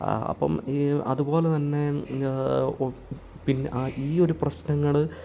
അപ്പം ഈ അതുപോലെ തന്നെ പിന്നെ ഈ ഒരു പ്രശ്നങ്ങൾ